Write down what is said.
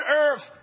earth